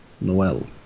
noel